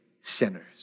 sinners